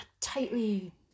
tightly